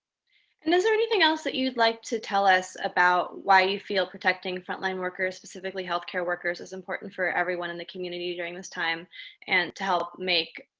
and is there anything else that you'd like to tell us about why you feel protecting frontline workers, specifically healthcare workers is important for everyone in the community during this time and to help